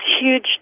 huge